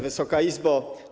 Wysoka Izbo!